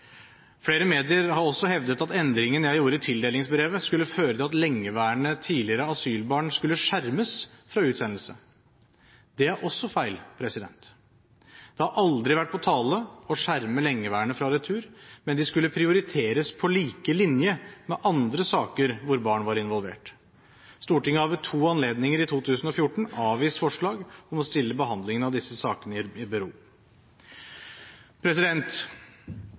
Flere medier har også hevdet at endringen jeg gjorde i tildelingsbrevet, skulle føre til at lengeværende tidligere asylbarn skulle skjermes fra utsendelse. Det er også feil. Det har aldri vært på tale å skjerme lengeværende fra retur, men de skulle prioriteres på lik linje med andre saker hvor barn var involvert. Stortinget har ved to anledninger i 2014 avvist forslag om å stille behandlingen av disse sakene i bero.